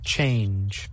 Change